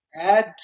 add